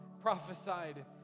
prophesied